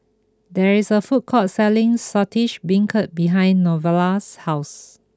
there is a food court selling Saltish Beancurd behind Novella's house